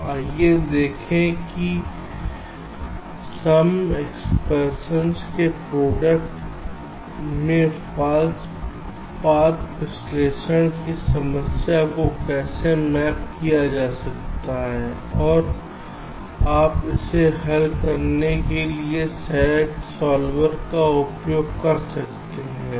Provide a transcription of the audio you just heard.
तो आइए देखें कि सम एक्सप्रेशन के प्रोडक्ट में फाल्स पथ विश्लेषण समस्या को कैसे मैप किया जा सकता है और आप इसे हल करने के लिए SAT सॉल्वर का उपयोग कर सकते हैं